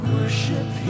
Worship